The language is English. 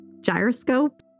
Gyroscope